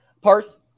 Parth